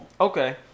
Okay